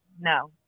no